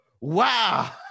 Wow